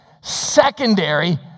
secondary